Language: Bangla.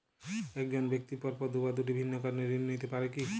এক জন ব্যক্তি পরপর দুবার দুটি ভিন্ন কারণে ঋণ নিতে পারে কী?